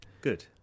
Good